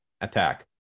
attack